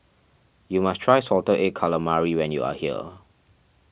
you must try Salted Egg Calamari when you are here